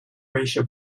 ratio